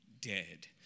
dead